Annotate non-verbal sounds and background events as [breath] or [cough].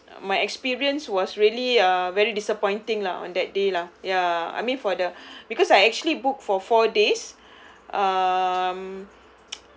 my experience was really uh very disappointing lah on that day lah ya I mean for the [breath] because I actually booked for four days um [noise]